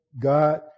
God